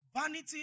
Vanity